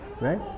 right